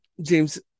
James